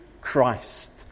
Christ